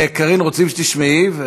קארין, רוצים שתשמעי.